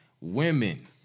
women